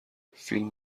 فیلم